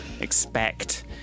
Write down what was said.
expect